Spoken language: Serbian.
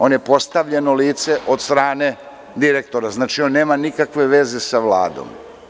On je postavljeno lice od strane direktora što znači da on nema nikakve veze sa Vladom.